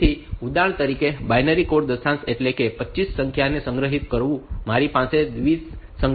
તેથી ઉદાહરણ તરીકે બાઈનરી કોડેડ દશાંશ એટલે કે 25 સંખ્યાને સંગ્રહિત કરવું મારી પાસે દ્વિસંગી સંખ્યા સિસ્ટમ માં એક હોઈ શકે છે